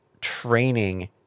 training